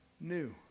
new